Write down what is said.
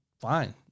fine